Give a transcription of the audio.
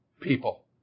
people